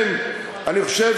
אני חושב